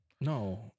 No